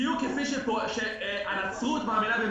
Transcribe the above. בדיוק כפי שהנצרות מאמינה במיסיונריות.